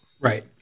right